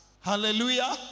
hallelujah